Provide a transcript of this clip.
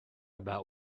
about